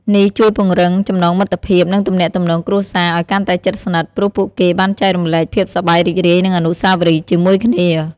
នេះជួយពង្រឹង ចំណងមិត្តភាព និងទំនាក់ទំនងគ្រួសារ ឲ្យកាន់តែជិតស្និទ្ធ ព្រោះពួកគេបានចែករំលែកភាពសប្បាយរីករាយ និងអនុស្សាវរីយ៍ជាមួយគ្នា។